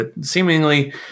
Seemingly